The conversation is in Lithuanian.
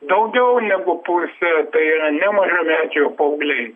daugiau negu pusė tai yra ne mažamečiai o paaugliai